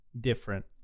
different